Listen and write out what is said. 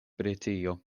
britio